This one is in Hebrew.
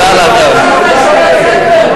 שנתיים לא עשיתם כלום.